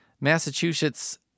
massachusetts